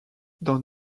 dans